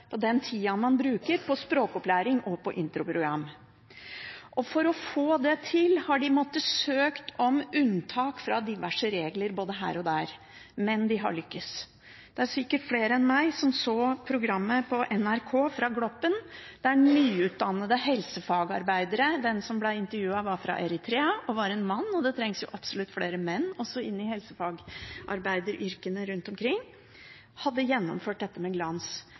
på den tida man bruker på språkopplæring og på introprogram. For å få det til har de måttet søke om unntak fra diverse regler både her og der, men de har lyktes. Det er sikkert flere enn meg som så programmet på NRK fra Gloppen, der nyutdannede helsefagarbeidere – den som ble intervjuet, var fra Eritrea og mann, og det trengs absolutt også flere menn inn i helsefagarbeideryrket rundt omkring – hadde gjennomført dette med glans.